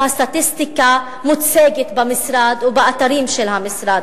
הסטטיסטיקה מוצגת במשרד ובאתרים של המשרד,